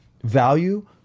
Value